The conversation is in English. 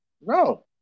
No